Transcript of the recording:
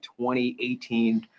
2018